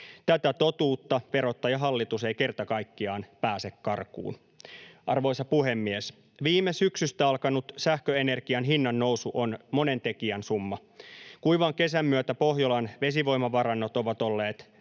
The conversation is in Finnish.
Tätä totuutta verottajahallitus ei kerta kaikkiaan pääse karkuun. Arvoisa puhemies! Viime syksystä alkanut sähköenergian hinnannousu on monen tekijän summa. Kuivan kesän myötä Pohjolan vesivoimavarannot ovat olleet